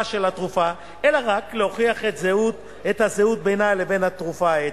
של התרופה אלא רק להוכיח את הזהות בינה ובין התרופה האתית.